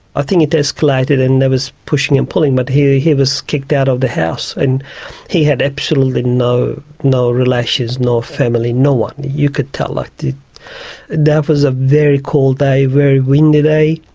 ah think it escalated and there was pushing and pulling, but he he was kicked out of the house, and he had absolutely no no relations, no family, no one, you could tell. ah and that was a very cold day, very windy day.